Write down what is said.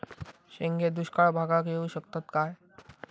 शेंगे दुष्काळ भागाक येऊ शकतत काय?